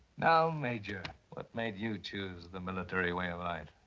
now, major, what made you choose the military way of life?